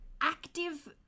active